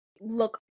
look